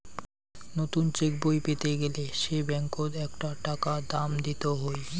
নতুন চেকবই পেতে গেলে সে ব্যাঙ্কত আকটা টাকা দাম দিত হই